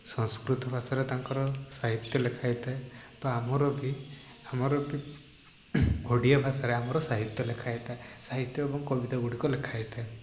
ସଂସ୍କୃତ ଭାଷାରେ ତାଙ୍କର ସାହିତ୍ୟ ଲେଖା ହୋଇଥାଏ ତ ଆମର ବି ଆମର ବି ଓଡ଼ିଆ ଭାଷାରେ ଆମର ସାହିତ୍ୟ ଲେଖା ହୋଇଥାଏ ସାହିତ୍ୟ ଏବଂ କବିତା ଗୁଡ଼ିକ ଲେଖା ହୋଇଥାଏ